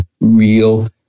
real